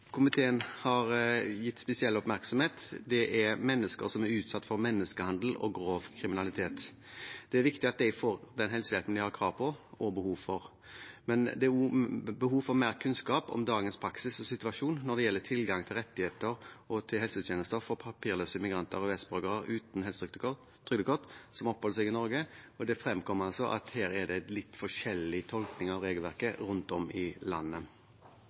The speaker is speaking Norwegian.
komiteen har gitt spesiell oppmerksomhet, er mennesker som er utsatt for menneskehandel og grov kriminalitet. Det er viktig at de får den helsehjelpen de har krav på og behov for. Men det er også behov for mer kunnskap om dagens praksis og situasjon når det gjelder tilgang til rettigheter og helsetjenester for papirløse immigranter og EØS-borgere uten helsetrygdkort når disse oppholder seg i Norge, og det fremkommer at det her er litt forskjellig tolkning av regelverket rundt om i